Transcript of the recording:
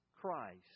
Christ